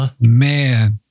Man